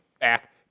back